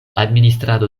administrado